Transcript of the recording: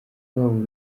rwabo